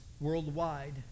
worldwide